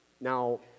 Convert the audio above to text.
Now